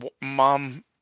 mom